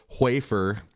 wafer